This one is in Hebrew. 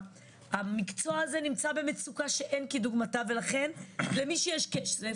המקצוע הזה נמצא במצוקה שאין כדוגמתה ולכן למי שיש כסף,